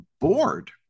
bored